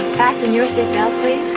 fasten your seatbelt please.